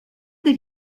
that